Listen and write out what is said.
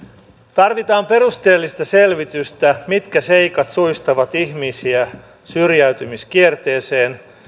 tarvitaan perusteellista selvitystä mitkä seikat suistavat ihmisiä syrjäytymiskierteeseen